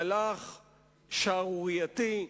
מהלך שערורייתי,